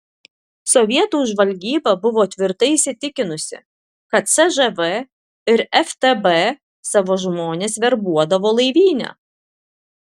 sovietų žvalgyba buvo tvirtai įsitikinusi kad cžv ir ftb savo žmones verbuodavo laivyne